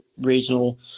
regional